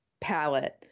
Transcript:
palette